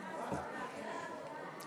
אין נמנעים.